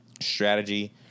strategy